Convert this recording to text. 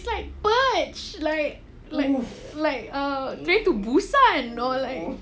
it's like verge like like like uh train to busan no leh